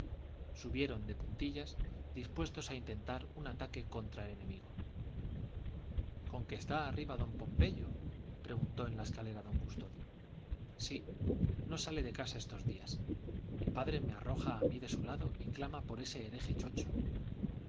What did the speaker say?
subieron de puntillas dispuestos a intentar un ataque contra el enemigo con que está arriba don pompeyo preguntó en la escalera don custodio sí no sale de casa estos días mi padre me arroja a mí de su lado y clama por ese hereje chocho